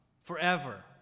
forever